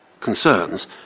concerns